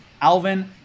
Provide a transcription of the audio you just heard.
Alvin